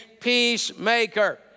peacemaker